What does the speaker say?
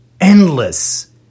endless